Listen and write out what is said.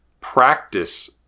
practice